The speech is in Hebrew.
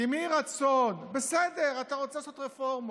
כי מרצון, בסדר, אתה רוצה לעשות רפורמות,